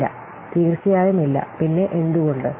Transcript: ഇല്ല തീർച്ചയായും ഇല്ല പിന്നെ എന്തുകൊണ്ട്